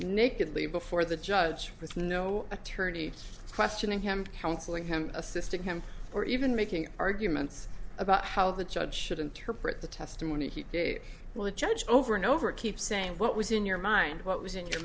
nakedly before the judge was no attorney questioning him counseling him assisting him or even making arguments about how the judge should interpret the testimony he gave well the judge over and over keep saying what was in your mind what was in your